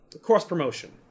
cross-promotion